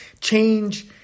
change